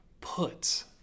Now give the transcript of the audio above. put